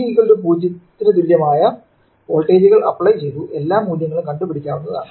t 0 ന് തുല്യമായ വോൾട്ടേജുകൾ അപ്ലൈ ചെയ്തു എല്ലാ മൂല്യങ്ങളും കണ്ടു പിടിക്കാവുന്നതാണ്